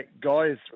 guys